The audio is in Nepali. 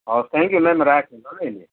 हवस् थ्याङ्क्यु म्याम राखेँ ल अहिले